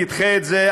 תדחה את זה,